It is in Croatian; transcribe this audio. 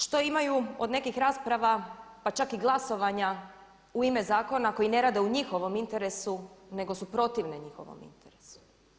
Što imaju od nekih rasprava pa čak i glasovanja u ime zakona koji ne rade u njihovom interesu nego su protivni njihovom interesu?